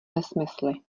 nesmysly